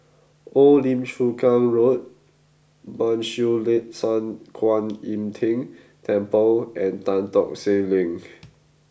Old Lim Chu Kang Road Ban Siew Lee San Kuan Im Tng Temple and Tan Tock Seng Link